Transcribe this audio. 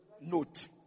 note